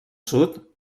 sud